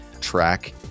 track